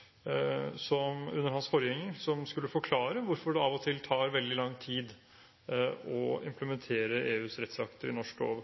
– under hans forgjenger – som skulle forklare hvorfor det av og til tar veldig lang tid å implementere EUs rettsakter i norsk lov?